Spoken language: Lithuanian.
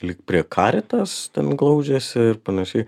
lyg prie karitas ten glaudžiasi ir panašiai